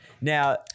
Now